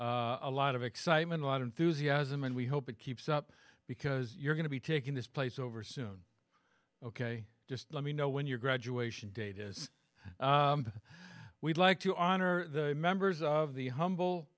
a lot of excitement a lot of enthusiasm and we hope it keeps up because you're going to be taking this place over soon ok just let me know when your graduation date is we'd like to honor the members of the humble